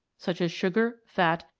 such as sugar, fat,